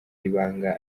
ibanga